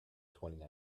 twenty